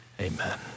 amen